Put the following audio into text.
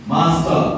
Master